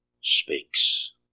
speaks